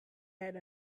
had